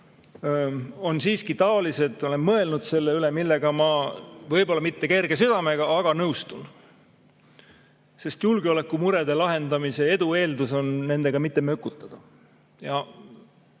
on siiski sellised, olen mõelnud selle üle, millega ma võib-olla mitte kerge südamega, aga nõustun. Sest julgeolekumurede lahendamise edu eeldus on nendega mitte mökutada. Kui